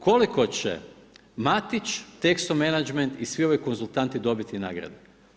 Koliko će Matić, Texo Menagement i svi ovi konzultanti dobiti nagradu.